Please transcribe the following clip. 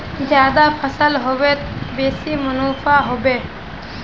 ज्यादा फसल ह बे त बेसी मुनाफाओ ह बे